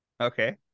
Okay